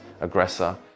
aggressor